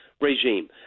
regime